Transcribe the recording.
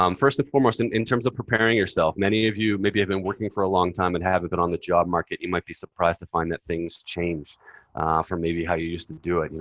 um first and foremost, and in terms of preparing yourself, many of you maybe have been working for a long time and haven't been on the job market. you might be surprised to find that things change from maybe how you used to do it. and